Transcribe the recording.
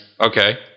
Okay